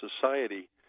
society